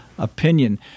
Opinion